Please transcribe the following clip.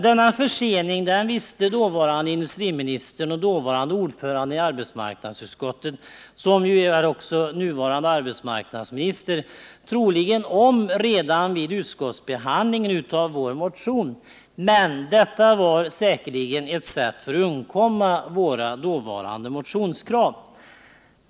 Denna försening visste dåvarande industriministern och dåvarande ordföranden i arbetsmarknadsutskottet, som är den nuvarande arbetsmarknadsministern, troligen om redan vid utskottsbehandlingen av vår motion. Men det var ett sätt att komma undan våra dåvarande motionskrav.